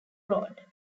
road